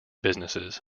businesses